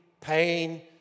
pain